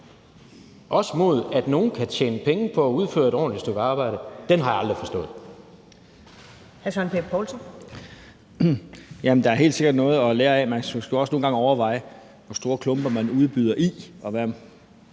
mod, at nogle kan tjene penge på at udføre et ordentligt stykke arbejde, har jeg aldrig forstået.